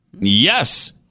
Yes